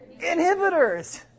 inhibitors